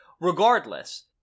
regardless